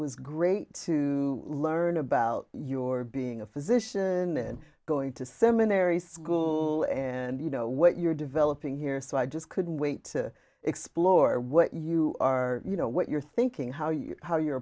was great to learn about your being a physician and going to seminary school and you know what you're developing here so i just couldn't wait to explore what you are you know what you're thinking how you how you